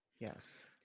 Yes